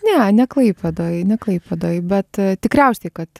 ne ne klaipėdoj ne klaipėdoj bet tikriausiai kad